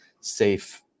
safe